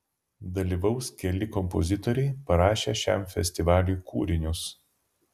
dalyvaus keli kompozitoriai parašę šiam festivaliui kūrinius